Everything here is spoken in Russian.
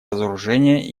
разоружения